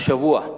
השבוע,